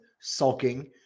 sulking